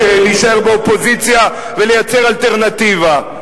להישאר באופוזיציה ולייצר אלטרנטיבה.